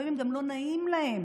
לפעמים גם לא נעים להם